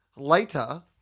Later